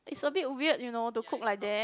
is a bit weird you know to cook like that